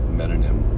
metonym